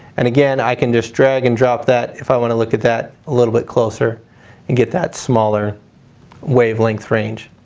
and again, i can just drag and drop that if i want to look at that a little bit closer and get that smaller wavelength range.